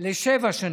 לשבע שנים.